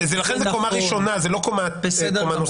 ולכן זו קומה ראשונה, זה לא קומה נוספת.